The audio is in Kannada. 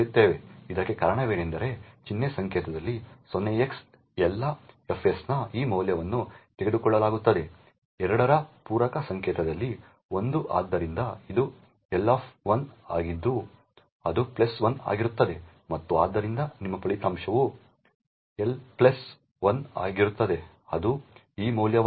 ಇದಕ್ಕೆ ಕಾರಣವೆಂದರೆ ಚಿಹ್ನೆ ಸಂಕೇತದಲ್ಲಿ 0x ಎಲ್ಲಾ fs ನ ಈ ಮೌಲ್ಯವನ್ನು ತೆಗೆದುಕೊಳ್ಳಲಾಗುತ್ತದೆ ಎರಡರ ಪೂರಕ ಸಂಕೇತದಲ್ಲಿ 1 ಆದ್ದರಿಂದ ಇದು ಎಲ್ ಆಫ್ 1 ಆಗಿದ್ದು ಅದು ಪ್ಲಸ್ 1 ಆಗಿರುತ್ತದೆ ಮತ್ತು ಆದ್ದರಿಂದ ನಿಮ್ಮ ಫಲಿತಾಂಶವು ಎಲ್ ಪ್ಲಸ್ 1 ಆಗಿರುತ್ತದೆ ಅದು ಈ ಮೌಲ್ಯವಾಗಿದೆ